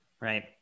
Right